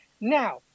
Now